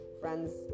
friends